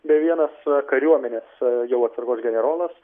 bei vienas kariuomenės jau atsargos generolas